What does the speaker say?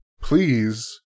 please